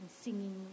singing